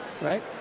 Right